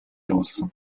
явуулсан